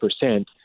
percent